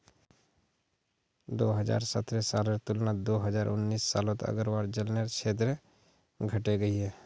दो हज़ार सतरह सालेर तुलनात दो हज़ार उन्नीस सालोत आग्रार जन्ग्लेर क्षेत्र घटे गहिये